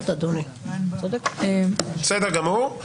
בסדר גמור.